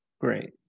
Great